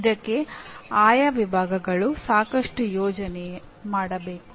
ಇದಕ್ಕೆ ಆಯಾ ವಿಭಾಗಗಳು ಸಾಕಷ್ಟು ಯೋಜನೆ ಮಾಡಬೇಕು